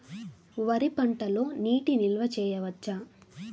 వరి పంటలో నీటి నిల్వ చేయవచ్చా?